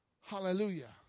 Hallelujah